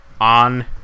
on